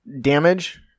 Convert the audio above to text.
damage